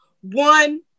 one